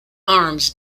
arms